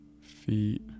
feet